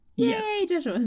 Yes